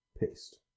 Paste